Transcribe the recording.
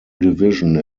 division